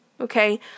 Okay